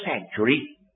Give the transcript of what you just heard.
sanctuary